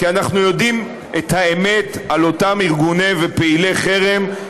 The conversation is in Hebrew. כי אנחנו יודעים את האמת על אותם ארגונים ופעילי חרם,